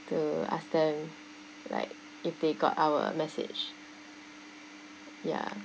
to ask them like if they got our message ya